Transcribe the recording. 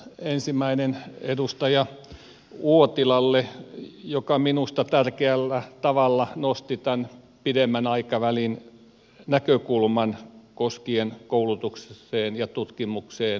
ensimmäinen edustaja uotilalle joka minusta tärkeällä tavalla nosti tämän pidemmän aikavälin näkökulman koskien koulutukseen ja tutkimukseen kohdistettuja säästöjä